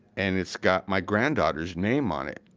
and it's got my granddaughter's name on it,